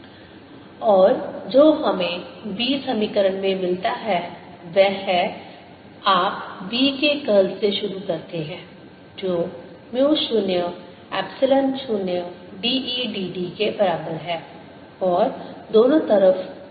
2Exx2002Ext2 2Eyx2002Eyt2 2Ezx2002Ezt2c100 और जो हमें b समीकरण में मिलता है वह है आप B के कर्ल से शुरू करते हैं जो म्यू 0 एप्सिलॉन 0 dE dt के बराबर है और दोनों तरफ कर्ल लेते हैं